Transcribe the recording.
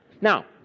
Now